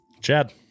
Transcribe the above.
Chad